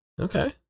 Okay